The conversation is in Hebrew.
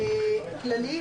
כללי,